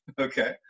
okay